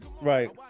right